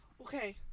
okay